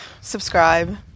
subscribe